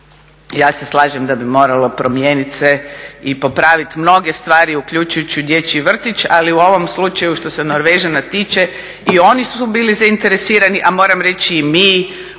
Ja se slažem da bi moralo promijeniti se i popraviti mnoge stvari, uključujući u dječji vrtić, ali u ovom slučaju, što se Norvežana tiče, i oni su bili zainteresirani, a moram reći i mi u